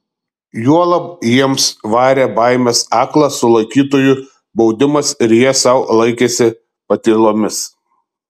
juolab jiems varė baimės aklas sulaikytųjų baudimas ir jie sau laikėsi patylomis